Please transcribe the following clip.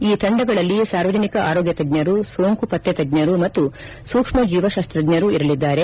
ಈ ತಂಡಗಳಲ್ಲಿ ಸಾರ್ವಜನಿಕ ಆರೋಗ್ಯ ತಜ್ಞರು ಸೋಂಕು ಪತ್ತೆ ತಜ್ಞರು ಮತ್ತು ಸೂಕ್ಷ್ಮ ಜೀವಶಾಸ್ತಜ್ಞರು ಇರಲಿದ್ದಾರೆ